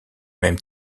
même